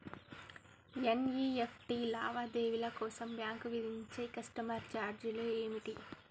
NEFT లావాదేవీల కోసం bank విధించే కస్టమర్ ఛార్జీలు ఏమిటి?